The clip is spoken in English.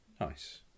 Nice